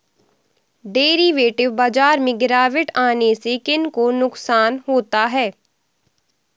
Derivative बाजार में गिरावट आने से किन को नुकसान होता है?